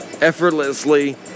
effortlessly